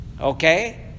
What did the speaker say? okay